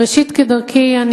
ראשית, כדרכי, אני